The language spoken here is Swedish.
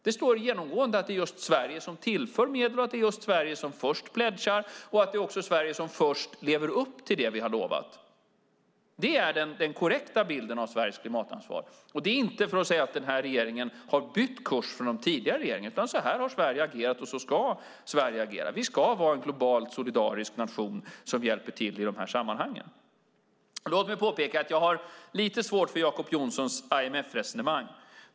Det står genomgående att det är just Sverige som tillför medel, att det är just Sverige som först pledgar och att det också är Sverige som först lever upp till det vi har lovat. Det är den korrekta bilden av Sveriges klimatansvar. Jag framhåller inte detta för att säga att den här regeringen har bytt kurs från de tidigare regeringarna utan så här har Sverige agerat och så här ska Sverige agera. Vi ska vara en global solidarisk nation som hjälper till i de här sammanhangen. Låt mig påpeka att jag har lite svårt för Jacob Johnsons IMF-resonemang.